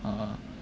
(uh huh)